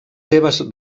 seves